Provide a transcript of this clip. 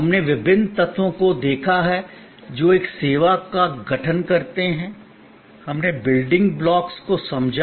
हमने विभिन्न तत्वों को देखा है जो एक सेवा का गठन करते हैं हमने बिल्डिंग ब्लॉक्स को समझा